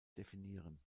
definieren